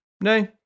No